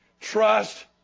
Trust